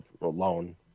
alone